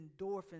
endorphins